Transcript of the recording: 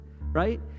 right